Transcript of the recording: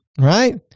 Right